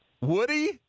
Woody